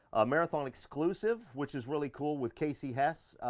marathon exclusive, which is really cool with kasey hess.